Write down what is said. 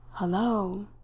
Hello